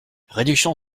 réduction